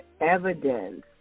evidence